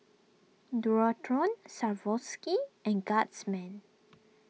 Dualtron Swarovski and Guardsman